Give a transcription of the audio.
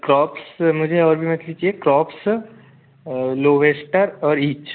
crops मुझे और भी मछली चाहिए क्रॉप्स लोबेस्टर और ईच